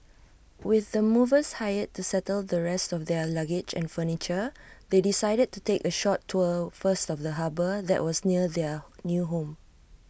with the movers hired to settle the rest of their luggage and furniture they decided to take A short tour first of the harbour that was near their new home